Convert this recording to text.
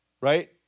Right